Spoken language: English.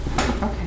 Okay